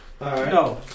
no